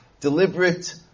deliberate